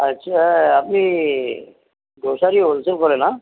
আচ্ছা আপ্নি grocery wholesale কৰে ন